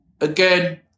again